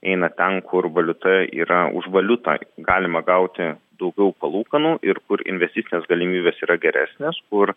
eina ten kur valiuta yra už valiutą galima gauti daugiau palūkanų ir kur investicinės galimybės yra geresnės kur